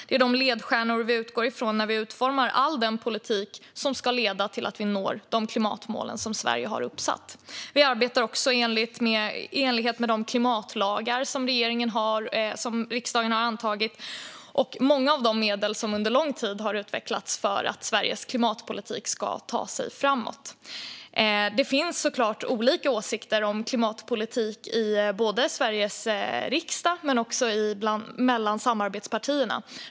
Det är de ledstjärnor vi utgår från när vi utformar all den politik som ska leda till att vi når de klimatmål som Sverige har satt upp. Vi arbetar också i enlighet med de klimatlagar som riksdagen har antagit och använder många av de medel som under lång tid har utvecklats för att Sveriges klimatpolitik ska ta sig framåt. Det finns såklart olika åsikter om klimatpolitik både i Sveriges riksdag och mellan samarbetspartierna.